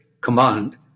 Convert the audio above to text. Command